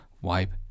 wipe